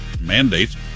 mandates